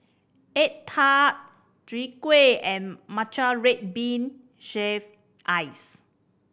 egg tart Chai Kuih and matcha red bean shave ice